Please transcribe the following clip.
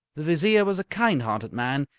the vizier was a kind-hearted man,